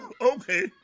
Okay